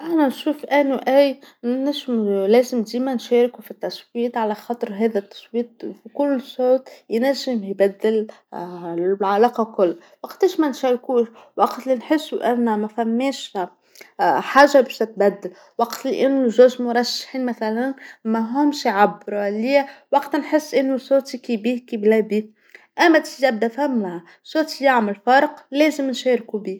أنا نشوف أنو أي لازم ديما نشاركو في التصويت علاخاطر هاذ التصويت كل صوت ينجم يبدل ال- العلاقه الكل، وقتاش ما نشاركوش، وقت اللي نحسو أن ما ثماش حاجه باش تتبدل، وقت اللي يكونو جوج ممثلين مثلا ماهمش يعبرو عليا، وقتها نحس أنو صورتي كي بيه كي بلا بيه، أما ثما، صوتي يعمل فرق، لازم نشارك بيه.